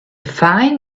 fine